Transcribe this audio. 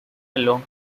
along